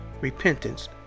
repentance